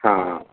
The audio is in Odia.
ହଁ